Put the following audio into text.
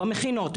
במכינות,